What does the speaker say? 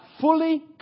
fully